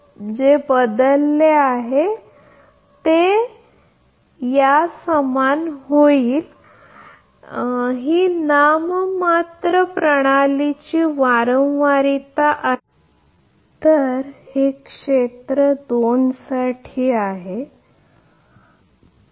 तर जर तुम्ही हे बदलले तर ते समीकरण 26 च्या समान होईल ही नाममात्र प्रणालीची फ्रिक्वेन्सी आहे तर हे क्षेत्र २ साठी आहे